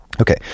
Okay